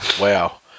wow